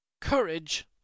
Courage